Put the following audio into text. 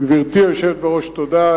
גברתי היושבת בראש, תודה.